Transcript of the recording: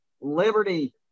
Liberty